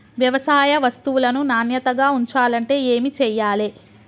వ్యవసాయ వస్తువులను నాణ్యతగా ఉంచాలంటే ఏమి చెయ్యాలే?